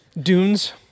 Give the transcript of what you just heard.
Dunes